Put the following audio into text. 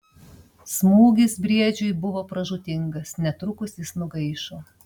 smūgis briedžiui buvo pražūtingas netrukus jis nugaišo